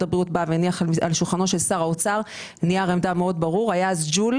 הבריאות בא והניח על שולחנו של שר האוצר נייר עמדה מאוד ברור בנושא,